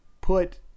put